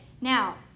now